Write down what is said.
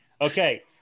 Okay